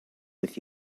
with